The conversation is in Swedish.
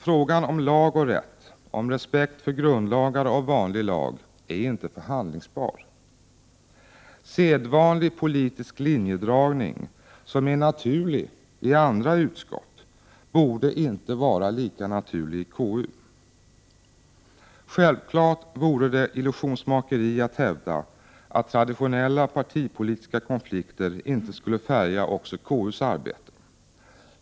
Frågan om lag och rätt, om respekt för grundlagar och vanlig lag är inte förhandlingsbar. Sedvanlig politisk linjedragning, som är naturlig i andra utskott, borde inte vara lika naturlig i KU. Sjävfallet vore det illusionsmakeri att hävda att traditionella partipolitiska konflikter inte skulle färga också KU:s arbete.